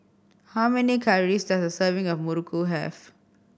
how many calories does a serving of muruku have